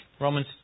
Romans